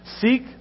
seek